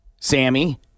Sammy